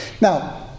Now